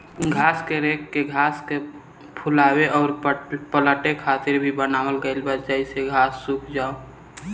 घास के रेक के घास के फुलावे अउर पलटे खातिर भी बनावल गईल बा जेसे घास सुख जाओ